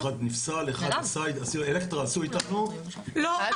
אחד נפסל --- אלקטרה עשו איתנו --- לא,